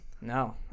No